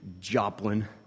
Joplin